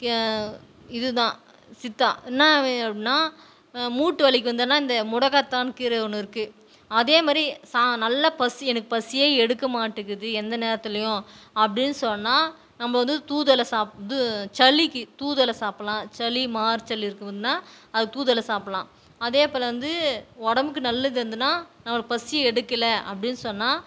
இதுதான் சித்தா என்ன வே அப்படினா மூட்டு வலிக்கு வந்துன்னால் இந்த முடக்கத்தான் கீரை ஒன்று இருக்குது அதே மாதிரி சா நல்ல பசி எனக்கு பசியே எடுக்க மாட்டேங்கிது எந்த நேரத்திலையும் அப்டின்னு சொன்னால் நம்ப வந்து தூதுவளை சாப் இது சளிக்கு தூதுவளை சாப்பிட்லாம் சளி மார் சளி இருக்குமுன்னால் அது தூதுவளை சாப்பிட்லாம் அதே போல் வந்து உடம்புக்கு நல்லது வந்துன்னால் நம்மளுக்கு பசி எடுக்கலை அப்டின்னு சொன்னால்